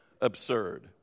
absurd